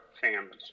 families